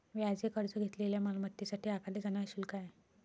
व्याज हे कर्ज घेतलेल्या मालमत्तेसाठी आकारले जाणारे शुल्क आहे